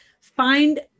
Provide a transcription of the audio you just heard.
find